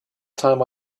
time